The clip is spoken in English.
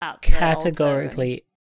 categorically